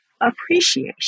appreciation